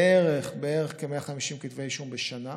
בערך כ-150 כתבי אישום בשנה,